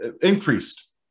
increased